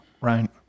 Right